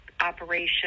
operation